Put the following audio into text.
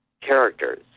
characters